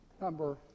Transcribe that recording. Number